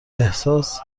احساس